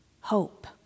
hope